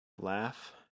laugh